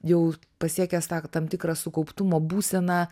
jau pasiekęs tą tam tikrą sukauptumo būseną